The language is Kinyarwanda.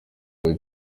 kuri